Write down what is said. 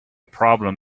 problem